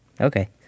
Okay